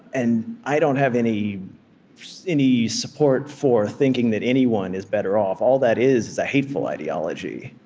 and i don't have any any support for thinking that anyone is better off all that is, is a hateful ideology.